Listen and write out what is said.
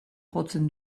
jotzen